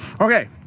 okay